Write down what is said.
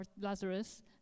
Lazarus